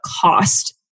cost